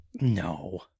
No